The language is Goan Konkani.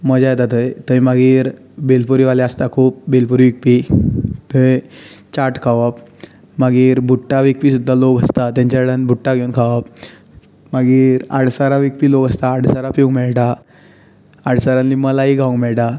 मजा येता थंय थंय मागीर बेलपुरी वाले आसता खूब बेलपुरी विकपी थंय चाट खावप मागीर बुट्टा विकपी सुद्दां लोक आसतात तांचे कडल्यान बुट्टा घेवन खावप मागीर आडसरां विकपी लोक आसतात आडसरां पिवूंक मेळटा आडसरांतली मलाइ खावपाक मेळटा